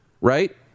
right